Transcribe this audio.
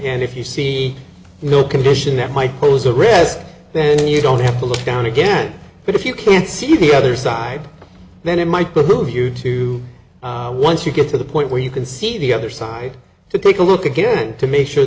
hand if you see no condition that might pose a risk then you don't have to look down again but if you can see the other side then it might behoove you to once you get to the point where you can see the other side to take a look again to make sure